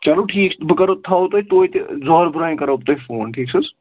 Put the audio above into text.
چلو ٹھیٖک بہٕ کَرو تھاوو تۄہہِ توتہِ ظوہر برٛونٛہٕے کَرو بہٕ تۄہہِ فون ٹھیٖک چھُ حظ